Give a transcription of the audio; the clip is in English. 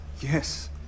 Yes